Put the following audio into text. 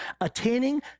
Attaining